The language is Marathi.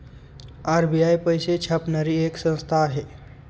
आर.बी.आय पैसे छापणारी एक संस्था आहे